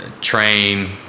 train